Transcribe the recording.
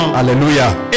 Hallelujah